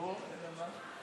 ברור, אלא מה?